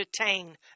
entertain